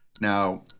Now